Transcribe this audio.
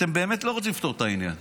אתם באמת לא רוצים לפתור את העניין,